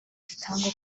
zitangwa